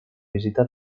visita